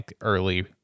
early